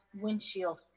windshield